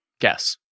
Guess